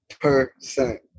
percent